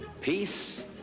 peace